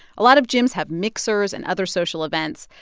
a lot of gyms have mixers and other social events.